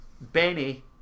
Benny